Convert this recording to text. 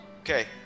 Okay